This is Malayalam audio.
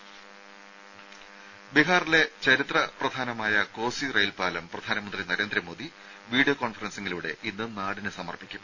ദേദ ബീഹാറിലെ ചരിത്ര പ്രധാനമായ കോസി റെയിൽപാലം പ്രധാനമന്ത്രി നരേന്ദ്രമോദി വീഡിയോ കോൺഫറൻസിങ്ങിലൂടെ ഇന്ന് നാടിന് സമർപ്പിക്കും